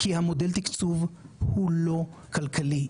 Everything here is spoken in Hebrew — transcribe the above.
כי מודל התקצוב הוא לא כלכלי.